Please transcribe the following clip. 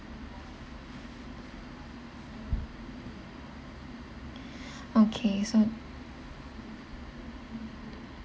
okay so